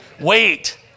Wait